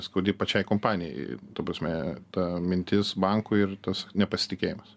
skaudi pačiai kompanijai ta prasme ta mintis bankui ir tas nepasitikėjimas